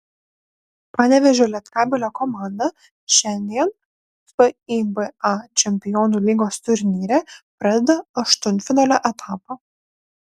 panevėžio lietkabelio komanda šiandien fiba čempionų lygos turnyre pradeda aštuntfinalio etapą